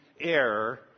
error